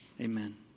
Amen